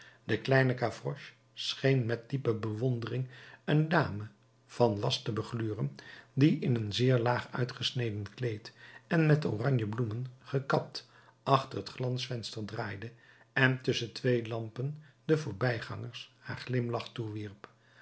de kleine gavroche scheen met diepe bewondering een dame van was te begluren die in een zeer laag uitgesneden kleed en met oranje bloemen gekapt achter het glasvenster draaide en tusschen twee lampen den voorbijgangers haar glimlach toewierp